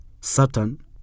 Satan